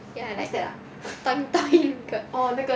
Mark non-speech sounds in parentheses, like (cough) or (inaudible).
ya like (noise) 那个